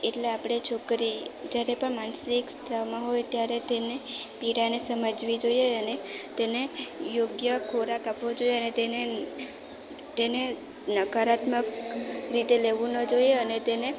એટલે આપણે છોકરી જ્યારે પણ માનસિક સ્ત્રાવમાં હોય ત્યારે તેની પીડાને સમજવી જોઈએ અને તેને યોગ્ય ખોરાક આપવો જોઈએ અને તેને તેને નકારાત્મક રીતે લેવું ન જોઈએ અને તેને